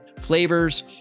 flavors